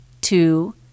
two